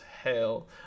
hell